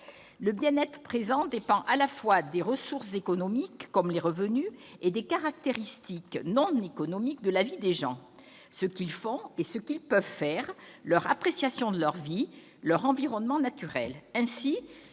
le bien-être présent dépend à la fois des ressources économiques comme les revenus et des caractéristiques non économiques de la vie des gens : ce qu'ils font et ce qu'ils peuvent faire, leur appréciation de leur vie, leur environnement naturel